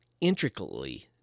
intricately